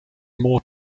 more